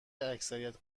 اکثریت